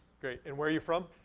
great, and where are you from?